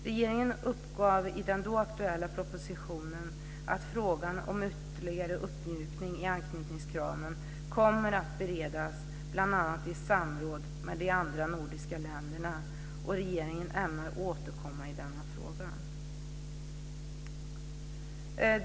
Regeringen uppgav i den då aktuella propositionen att frågan om ytterligare uppmjukning i anknytningskraven kommer att beredas, bl.a. i samråd med de andra nordiska länderna, och att regeringen ämnar återkomma i denna fråga.